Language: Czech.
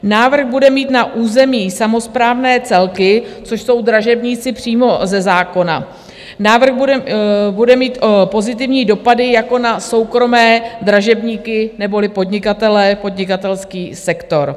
Návrh bude mít na územní samosprávné celky, což jsou dražebníci přímo ze zákona, návrh bude mít pozitivní dopady jako na soukromé dražebníky neboli podnikatele, podnikatelský sektor.